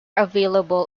available